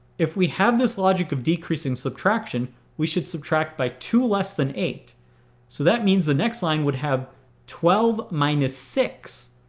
if we have this logic of decreasing subtraction we should subtract by two less than eight so that means the next line would have twelve minus six.